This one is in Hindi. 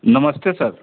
नमस्ते सर